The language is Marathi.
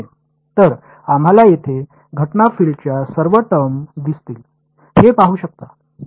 तर आम्हाला येथे घटना फील्डच्या सर्व टर्म दिसतील हे पाहू शकता